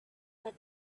had